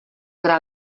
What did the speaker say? gra